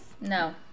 no